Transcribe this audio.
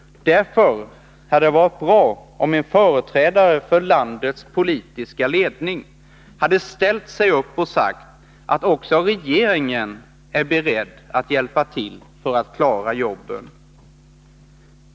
Därför hade det varit bra om en företrädare för landets politiska ledning hade ställt sig upp och sagt att också regeringen är beredd att hjälpa till att klara jobben.